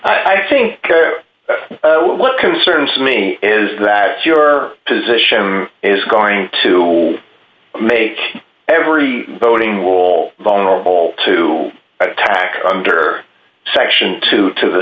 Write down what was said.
o i think what concerns me is that your position is going to make every voting will vulnerable to attack under section two to the